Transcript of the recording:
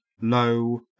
low